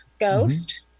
ghost